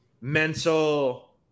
mental